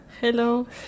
Hello